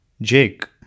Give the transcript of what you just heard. Jake